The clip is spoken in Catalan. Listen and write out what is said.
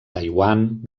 taiwan